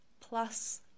plus